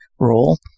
role